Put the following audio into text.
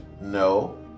No